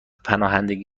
پناهندگی